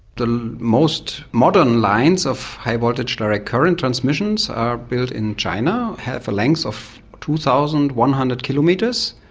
the most modern lines of high voltage direct current transmissions are built in china, have a length of two thousand one hundred kilometres,